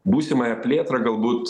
būsimąją plėtrą galbūt